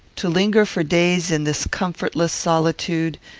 to linger for days in this comfortless solitude,